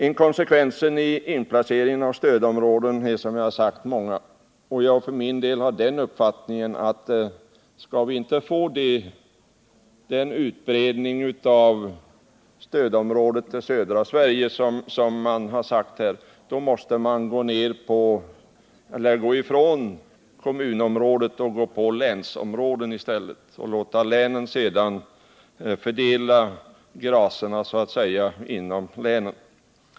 Inkonsekvens när det gäller inplaceringen i stödområde förekommer i många fall, och jag har för min del den uppfattningen att skall vi undgå att få den utbredning av stödområdet till södra Sverige som man talat om här måste vi gå ifrån kommunområdena och gå in på länsområden i stället. Länen får sedan så att säga fördela gracerna inom sina gränser.